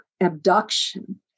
abduction